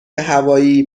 هوایی